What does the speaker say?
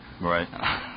Right